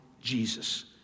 Jesus